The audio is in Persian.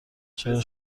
چرا